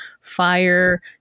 fire